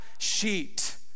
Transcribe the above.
sheet